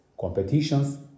competitions